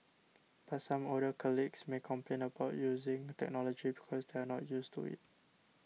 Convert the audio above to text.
but some older colleagues may complain about using technology because they are not used to it